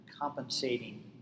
compensating